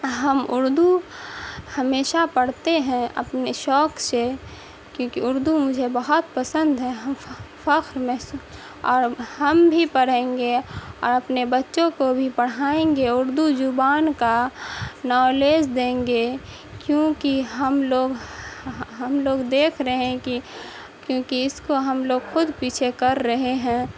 ہم اردو ہمیشہ پڑھتے ہیں اپنے شوق سے کیونکہ اردو مجھے بہت پسند ہے ہم فخر محسوس اور ہم بھی پڑھیں گے اور اپنے بچوں کو بھی پڑھائیں گے اردو زبان کا نالز دیں گے کیونکہ ہم لوگ ہم لوگ دیکھ رہے ہیں کہ کیونکہ اس کو ہم لوگ خود پیچھے کر رہے ہیں